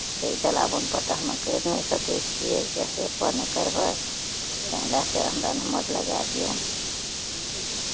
ई जलावनपर तऽ हम करि नहि सकैत छियै गैसेपर ने करबै तैाहि लए कऽ हमरा नम्बर लगाए दियौ